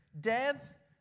Death